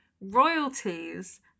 royalties